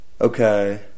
Okay